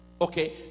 Okay